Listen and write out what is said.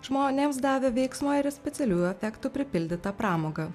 žmonėms davė veiksmo ir specialiųjų efektų pripildytą pramogą